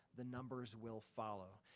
the numbers will follow.